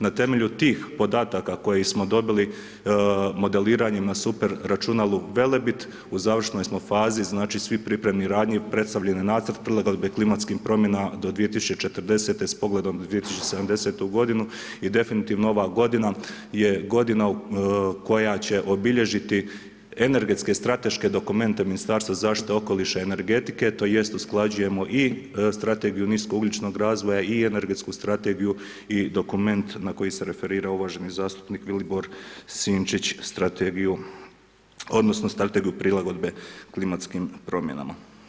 Na temelju tih podataka koje smo dobili modeliranjem na super računalu Velebit, u završnoj smo fazi znači svih pripremni radnji, predstavljen je nacrt prilagodbe klimatskim promjenama do 2040. s pogledom na 2070. godinu i definitivno ova godina je godina koja će obilježiti energetske strateške dokumente Ministarstva zaštite okoliša i energetike, tj. usklađujemo i strategiju niskougljičnog razvoja i energetsku strategiju i dokument na koji se referirao uvaženo zastupnik Vilibor Sinčić, strategiju, odnosno strategiju prilagodbe klimatskim promjenama.